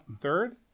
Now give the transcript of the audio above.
Third